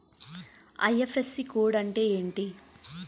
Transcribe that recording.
IFSC code అంటే ఏంటి?